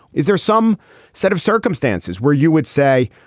is there some set of circumstances where you would say,